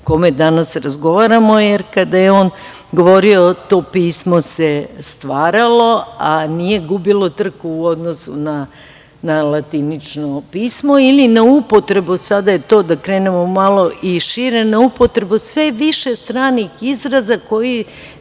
kome danas razgovaramo, jer kada je on govorio to pismo se stvaralo, a nije gubilo trku u odnosu na latinično pismu ili na upotrebu, sada da krenemo to je malo šire, na upotrebu sve više stranih izraza koji